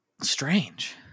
strange